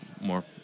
more